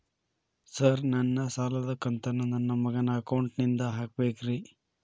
Sir ನನ್ನ ಸಾಲದ ಕಂತನ್ನು ನನ್ನ ಮಗನ ಅಕೌಂಟ್ ನಿಂದ ಹಾಕಬೇಕ್ರಿ?